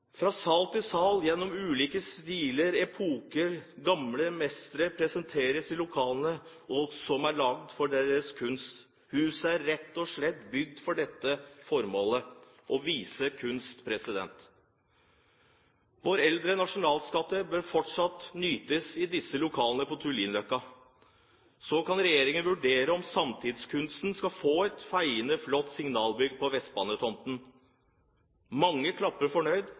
fra sal til sal gjennom ulike stilarter og epoker. Gamle mestre presenteres i lokaler som er laget for deres kunst. Huset er rett og slett bygget for det formålet å vise kunst. Våre eldre nasjonalskatter bør fortsatt nytes i disse lokalene på Tullinløkka. Så kan regjeringen vurdere om samtidskunsten skal få et feiende flott signalbygg på Vestbanetomten. Mange klappet fornøyd